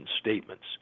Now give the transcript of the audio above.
statements